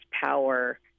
power